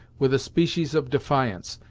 with a species of defiance,